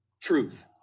truth